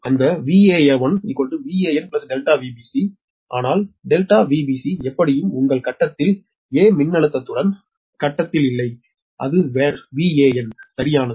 அந்த Van1 Van ΔVbc ஆனால் ΔVbc எப்படியும் உங்கள் கட்டத்தில் a மின்னழுத்தத்துடன் கட்டத்தில் இல்லை அது வேன் சரியானது